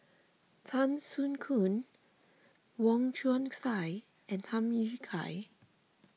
Tan Soo Khoon Wong Chong Sai and Tham Yui Kai